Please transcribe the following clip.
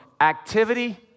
activity